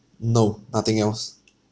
no nothing else